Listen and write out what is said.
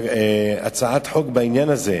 הצעת חוק בעניין הזה,